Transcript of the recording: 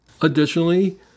Additionally